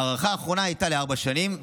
ההארכה האחרונה הייתה לארבע שנים,